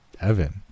Evan